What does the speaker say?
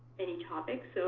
any topic. so